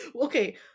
Okay